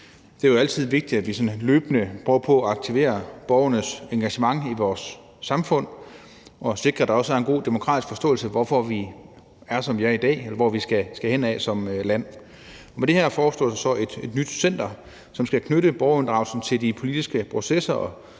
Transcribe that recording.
Det er altid vigtigt, at vi sådan løbende prøver på at aktivere borgernes engagement i vores samfund og sikrer, at der også er en god demokratisk forståelse for, hvorfor vi er, som vi er i dag, og hvor vi skal hen som land. Med det her foreslås der et nyt center, som skal knytte borgerinddragelsen til de politiske processer